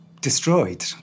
destroyed